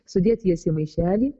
sudėti jas į maišelį